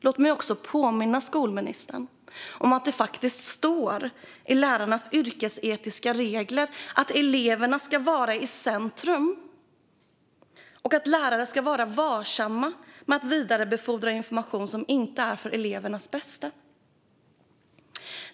Låt mig också påminna skolministern om att det faktiskt står i lärarnas yrkesetiska regler att eleverna ska vara i centrum och att lärare ska vara varsamma med att vidarebefordra information när det inte är för elevernas bästa.